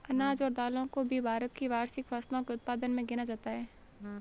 अनाज और दालों को भी भारत की वार्षिक फसलों के उत्पादन मे गिना जाता है